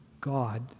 God